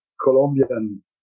Colombian